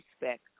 respect